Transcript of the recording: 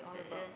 a'ah